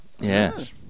Yes